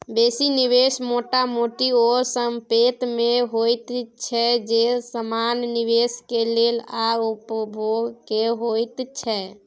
बेसी निवेश मोटा मोटी ओ संपेत में होइत छै जे समान निवेश के लेल आ उपभोग के होइत छै